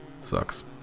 sucks